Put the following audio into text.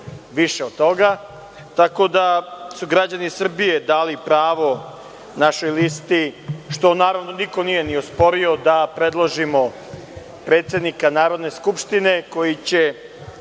glasova, tako da su građani Srbije dali pravo našoj listi. To, naravno, niko nije ni osporio, da predložimo predsednika Narodne skupštine koji će,